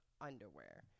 underwear